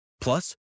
Plus